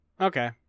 Okay